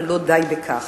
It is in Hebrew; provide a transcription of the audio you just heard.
אבל לא די בכך.